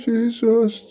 Jesus